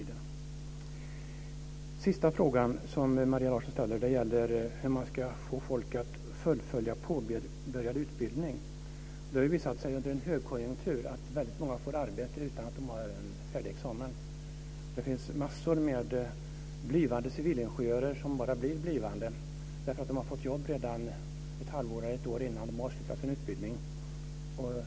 Den sista frågan Maria Larsson ställer gäller hur man ska få folk att fullfölja påbörjad utbildning. Det har visat sig att många under en högkonjunktur får arbete utan att de har en färdig examen. Det finns mängder av blivande civilingenjörer som bara blir blivande, därför att de har fått jobb ett halvår eller ett år innan de har avslutat sin utbildning.